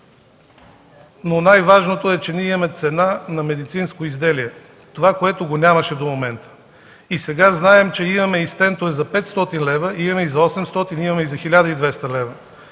но най-важното е, че ние имаме цена на медицинско изделие – това, което го нямаше до момента. Сега знаем, че имаме и стентове за 500 лв., имаме и за 800, имаме и за 1200 лв.